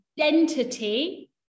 identity